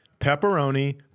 pepperoni